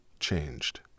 changed